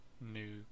new